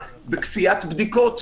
מצבם של מחוסנים במקרה של הידבקות במוטציה.